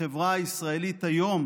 החברה הישראלית היום